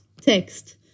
text